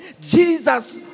jesus